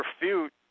refute